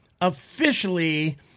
officially